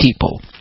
people